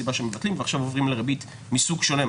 ועכשיו עוברים לריבית מסוג שונה,